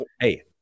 hey